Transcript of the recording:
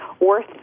worth